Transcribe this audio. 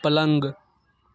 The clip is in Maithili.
पलङ्ग